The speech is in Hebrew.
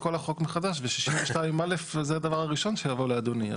החוק מחדש ו-62(א) זה הדבר הראשון שיבוא לאדוני,